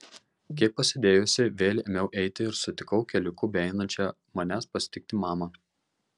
kiek pasėdėjusi vėl ėmiau eiti ir sutikau keliuku beeinančią manęs pasitikti mamą